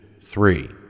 three